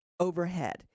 Overhead